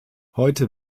heute